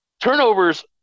Turnovers